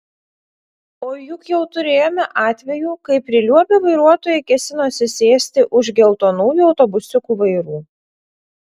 o juk jau turėjome atvejų kai priliuobę vairuotojai kėsinosi sėsti už geltonųjų autobusiukų vairų